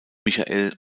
michael